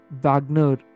wagner